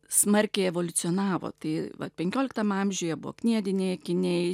smarkiai evoliucionavo tai va penkioliktam amžiuje buvo kniediniai akiniai